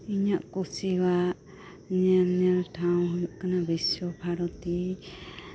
ᱤᱧᱟᱹᱜ ᱠᱩᱥᱤᱣᱟᱜ ᱧᱮᱧᱮᱞ ᱴᱷᱟᱶ ᱦᱩᱭᱩᱜ ᱠᱟᱱᱟ ᱵᱤᱥᱥᱚ ᱵᱷᱟᱨᱚᱛᱤ